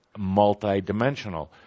multidimensional